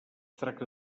tracta